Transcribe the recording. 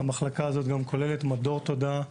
שכוללת גם מדור תודעה.